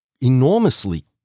enormously